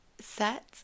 set